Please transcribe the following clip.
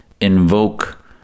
invoke